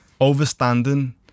overstanding